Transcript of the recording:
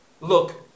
look